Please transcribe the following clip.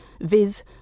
viz